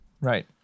right